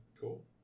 Cool